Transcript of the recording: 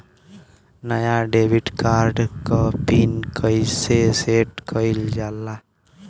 नया debit card क PIN कईसे सेट कईल जाला?